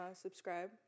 Subscribe